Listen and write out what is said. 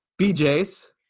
BJ's